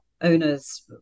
owners